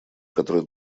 который